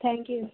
thank you